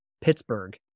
Pittsburgh